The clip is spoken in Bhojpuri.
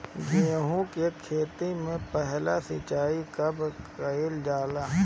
गेहू के खेती मे पहला सिंचाई कब कईल जाला?